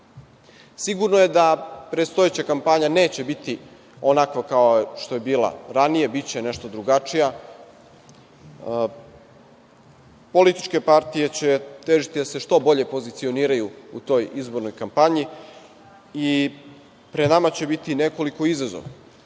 liste. Sigurno je da predstojeća kampanja neće biti onakva kao što je bila ranije, biće nešto drugačija. Političke partije će težiti da se što bolje pozicioniraju u toj izbornoj kampanji i pred nama će biti nekoliko izazova. Ne